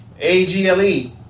Agle